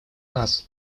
нас